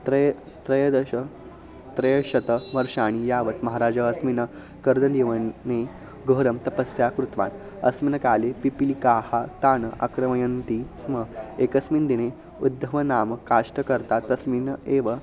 त्रयः त्रयोदश त्रयशतवर्षाणि यावत् महाराज अस्मिन कर्दलीवने घोरं तपस्या कृत्वान् अस्मिन् काले पिपिलिकाः तान् अक्रमयन्ति स्म एकस्मिन् दिने उद्धवो नाम काष्ठकर्ता तस्मिन् एव